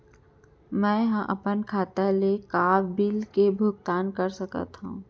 मैं ह अपन खाता ले का का बिल के भुगतान कर सकत हो